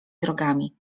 drogami